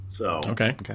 Okay